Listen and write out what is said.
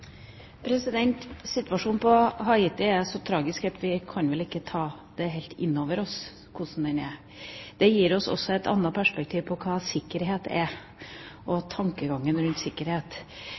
så tragisk at vi vel ikke kan ta helt inn over oss hvordan det er. Det gir oss også et annet perspektiv på hva sikkerhet er, og på tankegangen rundt sikkerhet.